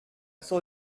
saw